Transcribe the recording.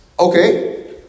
Okay